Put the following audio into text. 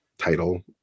title